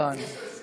נכון.